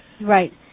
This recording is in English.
Right